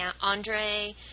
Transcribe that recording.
Andre